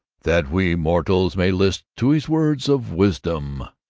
that we mortals may list to his words of wisdom.